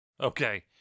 Okay